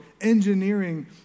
engineering